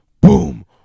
boom